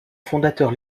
fondateur